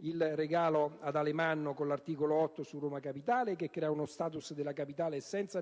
il regalo ad Alemanno con l'articolo 8 su Roma capitale, che crea uno *status* della capitale senza